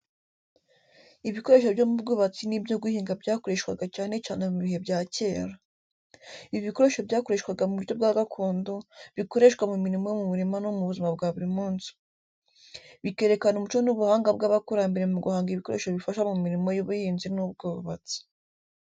Ibikoresho byo mu bwubatsi n'ibyo guhinga byakoreshwaga cyane cyane mu bihe bya kera. Ibi bikoresho byakoreshwaga mu buryo bwa gakondo, bikoreshwa mu mirimo yo mu murima no mu buzima bwa buri munsi. Bikerekana umuco n'ubuhanga bw'abakurambere mu guhanga ibikoresho bifasha mu mirimo y'ubuhinzi n'ubwubatsi.